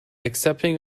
accepting